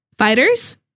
Fighters